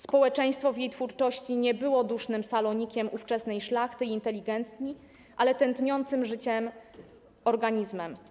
Społeczeństwo w jej twórczości nie było dusznym salonikiem ówczesnej szlachty i inteligencji, ale tętniącym życiem organizmem.